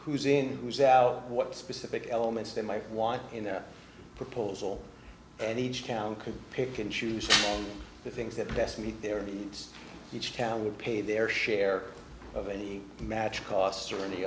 who's in who's out what specific elements they might want in their proposal and each town could pick and choose the things that best meets their needs each town would pay their share of any match costs or any